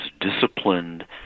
disciplined